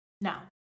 now